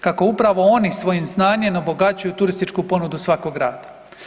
Kako upravo oni svojim znanjem obogaćuju turističku ponudu svakog grada.